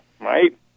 right